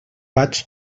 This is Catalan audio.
vaig